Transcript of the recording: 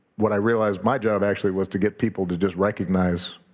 what i realized my job actually was to get people to just recognize